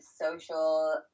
social